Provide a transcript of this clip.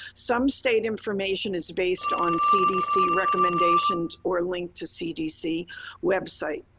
some state information is based on cdc recommendations or linked to cdc website.